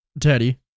Teddy